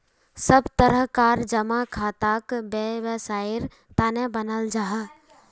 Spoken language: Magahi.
सब तरह कार जमा खाताक वैवसायेर तने बनाल जाहा